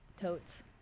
Totes